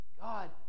God